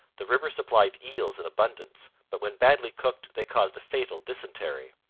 the river supplied eels in abundance, but when badly cooked they caused a fatal dysentery.